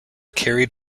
carried